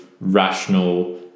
rational